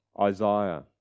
Isaiah